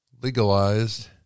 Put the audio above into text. legalized